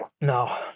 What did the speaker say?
No